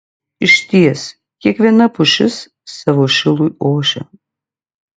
išties kiekviena pušis savo šilui ošia